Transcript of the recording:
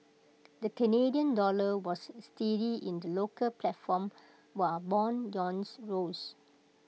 the Canadian dollar was steady in the local platform while Bond rose